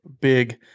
big